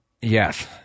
Yes